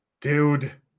dude